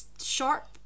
sharp